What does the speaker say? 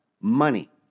money